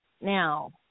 now